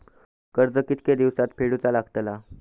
कर्ज कितके दिवसात फेडूचा लागता?